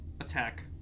attack